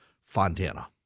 Fontana